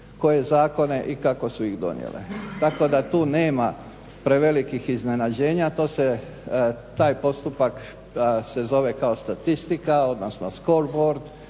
koje zakone i kako su ih donijele. Tako da tu nema prevelikih iznenađenja, to se taj postupak se zove kao statistika, odnosno score bord,